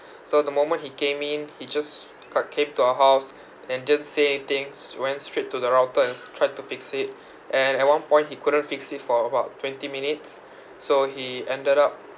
so the moment he came in he just cu~ came to our house and didn't say anythings went straight to the router ands tried to fix it and at one point he couldn't fix it for about twenty minutes so he ended up